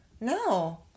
No